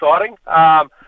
exciting